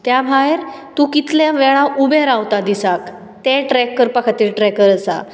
त्या भायर तूं कितले वेळा उबें रावता दिसाक तें ट्रेक करपा खातीर ट्रेकर आसा